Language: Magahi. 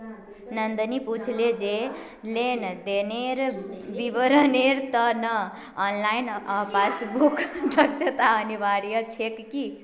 नंदनी पूछले जे लेन देनेर विवरनेर त न ऑनलाइन पासबुक दखना अनिवार्य छेक की